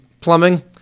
plumbing